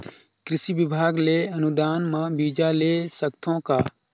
कृषि विभाग ले अनुदान म बीजा ले सकथव का?